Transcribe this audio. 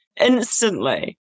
instantly